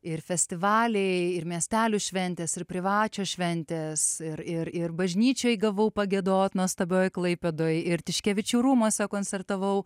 ir festivaliai ir miestelių šventės ir privačios šventės ir ir ir bažnyčioj gavau pagiedoti nuostabioj klaipėdoje ir tiškevičių rūmuose koncertavau